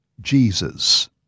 Jesus